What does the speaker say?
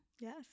yes